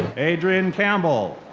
adrian campbell.